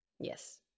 yes